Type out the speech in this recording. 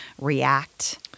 react